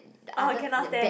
orh cannot ten